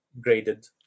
graded